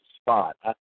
spot